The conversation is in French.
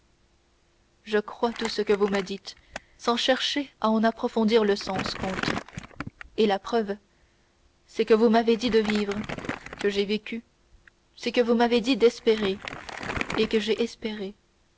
je crois tout ce que vous me dites sans chercher à en approfondir le sens comte et la preuve c'est que vous m'avez dit de vivre que j'ai vécu c'est que vous m'avez dit d'espérer et que j'ai presque espéré